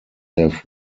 have